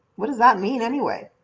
what does that mean anyway?